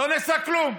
לא נעשה כלום.